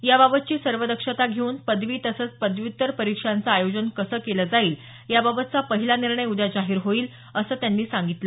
याबाबतची सर्व दक्षता घेऊन पदवी तसंच पदव्युत्तर परीक्षांचं आयोजन कसं केलं जाईल याबाबतचा पहिला निर्णय उद्या जाहीर होईल असं सामंत यांनी सांगितलं